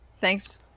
thanks